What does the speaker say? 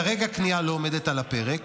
כרגע כניעה לא עומדת על הפרק,